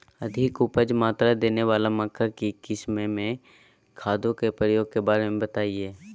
अधिक उपज मात्रा देने वाली मक्का की किस्मों में खादों के प्रयोग के बारे में बताएं?